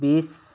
বিছ